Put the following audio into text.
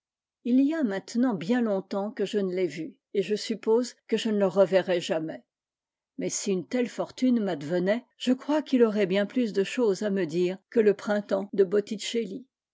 i y a maintenant bien longtemps que je ne l'ai vu et je suppose que je ne le reverrai jamais mais si une telle fortune m'advenait je crois qu'il aurait bien plus de choses à me dire que le printemps de botticelli